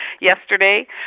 yesterday